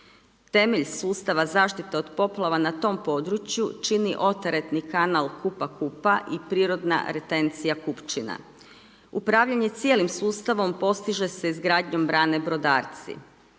Temelj sustava zaštite od poplava na tom području, čini oteretni kanal Kupa-Kupa i prirodna retencija …/Govornik se ne razumije./… Upravljanje cijelim sustavom, postiže se izgradnjom brane brodarci,